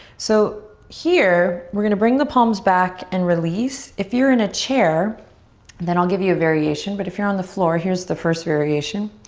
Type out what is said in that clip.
so here we're going to bring the palms back and release. if you're in a chair then i'll give you a variation. but if you're on the floor, here's the first variation.